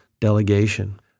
delegation